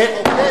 אחוקק.